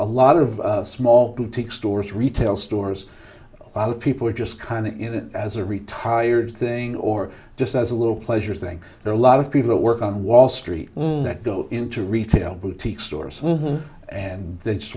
a lot of small boutique stores retail stores a lot of people are just kind of as a retired thing or just as a little pleasure thing there are a lot of people who work on wall street that go into retail boutique stores and they just